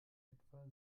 etwa